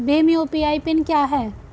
Bhim UPI PIN क्या है?